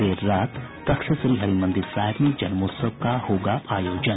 देर रात तख्त श्रीहरमंदिर साहिब में जन्मोत्सव का होगा आयोजन